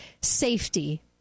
safety